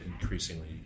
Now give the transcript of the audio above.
increasingly